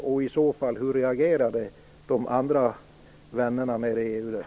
Hur reagerade i så fall de andra vännerna nere i EU?